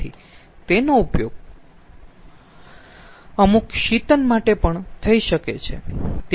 તેથી તેનો ઉપયોગ અમુક શીતન માટે પણ થઈ શકે છે